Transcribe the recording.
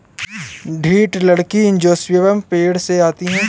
दृढ़ लकड़ी एंजियोस्पर्म पेड़ों से आती है